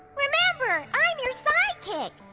remember, i'm your sidekick!